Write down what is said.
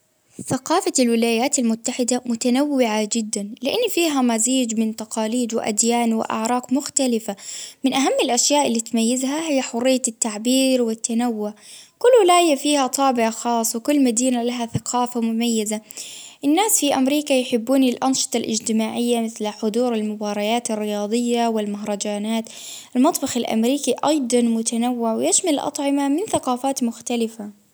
ثقافة الولايات المتحدة متنوعة جدا، لإن فيها مزيد من تقاليد وأديان وأعراف مختلفة، من أهم الأشياء اللي تميزها هي حرية التعبير والتنوع، كل ولاية فيها طابع خاص ،وكل مدينة لها ثقافة مميزة، الناس في ،مريكا يحبون الأنشطة الإجتماعية ،مثل حضور المباريات الرياضية، والمهرجانات المطبخ الأمريكي، أيضا متنوع ويشمل اطعمة من ثقافات مختلفة.